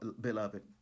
beloved